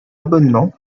abonnement